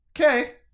Okay